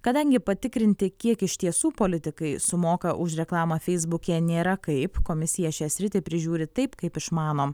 kadangi patikrinti kiek iš tiesų politikai sumoka už reklamą feisbuke nėra kaip komisija šią sritį prižiūri taip kaip išmano